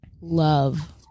love